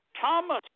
Thomas